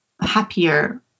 happier